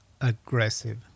aggressive